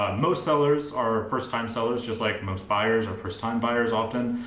ah most sellers are first time sellers just like most buyers are first time buyers often.